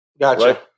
Gotcha